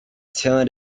turned